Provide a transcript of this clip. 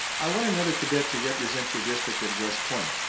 i want another cadet to represent your district at west point,